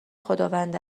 خداوند